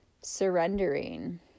surrendering